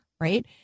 Right